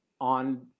on